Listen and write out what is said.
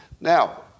Now